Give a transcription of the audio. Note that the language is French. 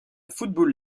football